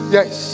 Yes